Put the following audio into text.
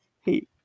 hey